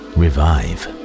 revive